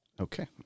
Okay